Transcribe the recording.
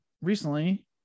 Recently